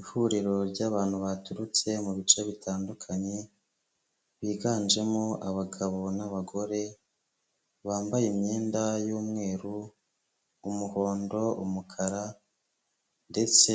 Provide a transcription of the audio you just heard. Ihuriro ry'abantu baturutse mu bice bitandukanye biganjemo abagabo n'abagore bambaye imyenda y'umweru, umuhondo, umukara ndetse